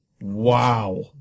wow